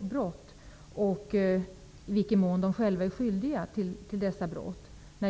brott och i vilken mån de själva är skyldiga till dessa brott.